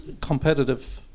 competitive